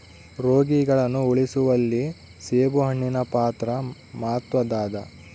ರೋಗಿಗಳನ್ನು ಉಳಿಸುವಲ್ಲಿ ಸೇಬುಹಣ್ಣಿನ ಪಾತ್ರ ಮಾತ್ವದ್ದಾದ